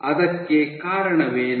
ಅದಕ್ಕೆ ಕಾರಣವೇನು